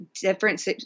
different